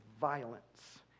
violence